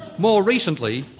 more recently,